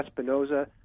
Espinoza